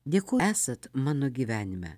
dėko esat mano gyvenime